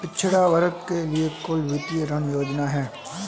पिछड़ा वर्ग के लिए कुल कितनी ऋण योजनाएं हैं?